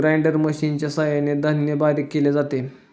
grinder मशिनच्या सहाय्याने धान्य बारीक केले जाते